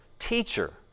teacher